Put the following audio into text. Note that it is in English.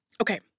Okay